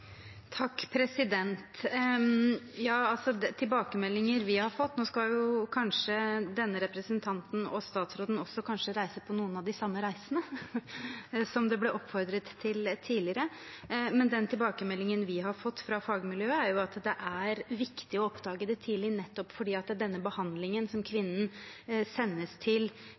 Nå skal kanskje denne representanten og statsråden på noen av de samme reisene, som det ble oppfordret til tidligere, men den tilbakemeldingen vi har fått fra fagmiljøet, er jo at det er viktig å oppdage det tidlig, nettopp fordi den behandlingen som kvinnen sendes til